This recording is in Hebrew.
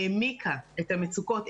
העמיקה את המצוקות,